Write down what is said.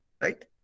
Right